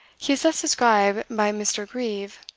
he is thus described by mr. grieve,